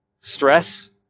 stress